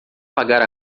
pagar